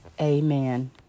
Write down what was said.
amen